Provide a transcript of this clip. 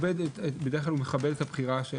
בדרך כלל הוא מכבד את הבחירה.